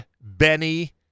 Benny